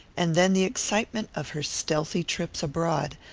and then the excitement of her stealthy trips abroad,